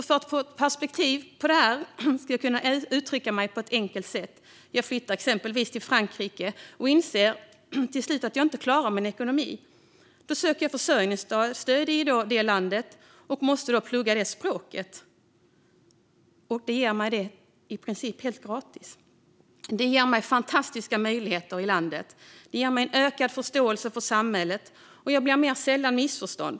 För att ge ett perspektiv på detta skulle jag kunna uttrycka mig på ett enkelt sätt. Jag flyttar exempelvis till Frankrike och inser till slut att jag inte klarar min ekonomi. Då söker jag försörjningsstöd där och måste då plugga franska. Det är i princip helt gratis. Det ger mig fantastiska möjligheter i landet. Det ger mig en ökad förståelse för samhället, och jag blir mer sällan missförstådd.